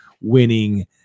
winning